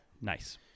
nice